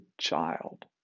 child